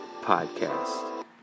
Podcast